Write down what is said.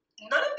None